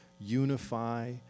Unify